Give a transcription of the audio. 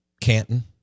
Canton